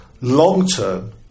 long-term